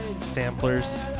Samplers